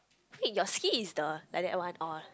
hey your skis is the like that one or